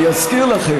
אני אזכיר לכם.